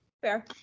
Fair